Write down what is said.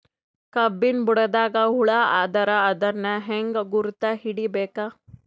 ಕಬ್ಬಿನ್ ಬುಡದಾಗ ಹುಳ ಆದರ ಅದನ್ ಹೆಂಗ್ ಗುರುತ ಹಿಡಿಬೇಕ?